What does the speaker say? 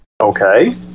Okay